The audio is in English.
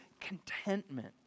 contentment